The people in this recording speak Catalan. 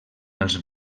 als